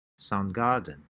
Soundgarden